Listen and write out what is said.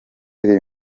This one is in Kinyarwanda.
iri